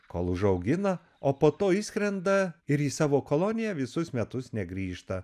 kol užaugina o po to išskrenda ir į savo koloniją visus metus negrįžta